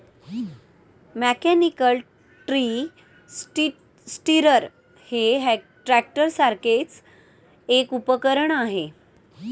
mechanical tree stirrer हे ट्रॅक्टरसारखेच एक उपकरण आहे